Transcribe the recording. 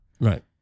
right